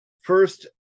first